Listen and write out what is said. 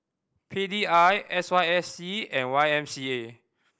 P D I S Y S C and Y M C A